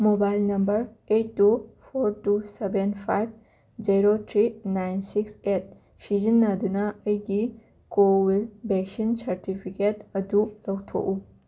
mobile number eight two four two seven five zero three nine six eight ꯁꯤꯖꯤꯟꯅꯗꯨꯅ ꯑꯩꯒꯤ CoWIN vaccine certificate ꯑꯗꯨ ꯂꯧꯊꯣꯛꯎ